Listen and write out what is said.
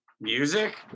Music